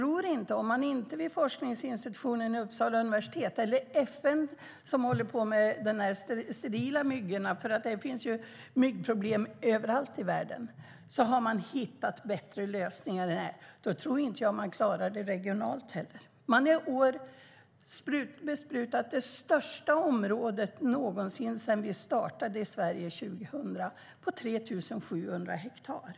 Om man inte vid forskningsinstitutionen vid Uppsala universitet, där FN håller på med sterila myggor, för det finns ju myggproblem överallt i världen, har hittat bättre lösningar, då tror jag inte att man klarar det regionalt. Man har i år besprutat det största området någonsin sedan vi 2002 startade i Sverige, 3 700 hektar.